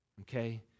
Okay